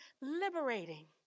liberating